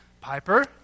Piper